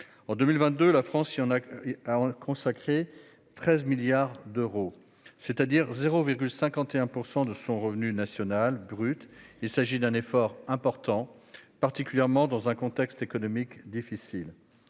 En 2022, la France lui a consacré 13 milliards d'euros, soit 0,51 % de son revenu national brut. Il s'agit d'un effort important, particulièrement dans un contexte économiquement difficile.